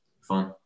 fun